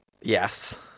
Yes